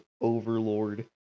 Overlord